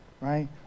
right